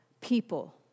people